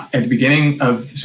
at the beginning of, so,